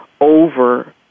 over